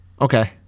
Okay